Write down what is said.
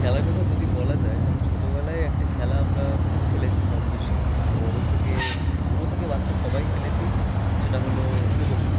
খেলার কথা যদি বলা যায় তাহলে ছোটবেলায় একটা খেলা আমরা খুব খেলেছি কমবেশি বড় থেকে বুড়ো থেকে বাচ্চা সবাই খেলেছি সেটা হলো লুকোচুরি